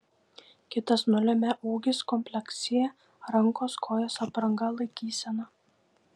kitas nulemia ūgis kompleksija rankos kojos apranga laikysena